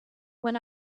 when